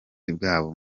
bwabo